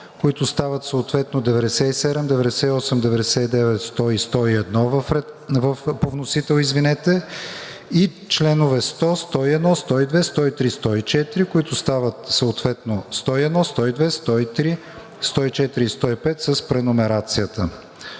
които стават съответно чл. 97, 98, 99, 100 и 101 по вносител; и чл. 100, 101, 102, 103 и 104, които стават съответно чл. 101, 102, 103, 104 и 105 с преномерацията